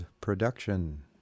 production